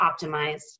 optimized